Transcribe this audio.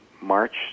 March